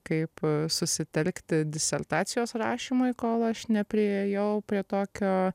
kaip susitelkti disertacijos rašymui kol aš nepriėjau prie tokio